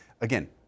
again